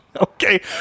Okay